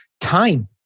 time